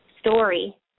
story